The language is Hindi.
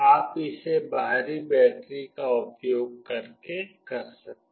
आप इसे बाहरी बैटरी का उपयोग करके कर सकते हैं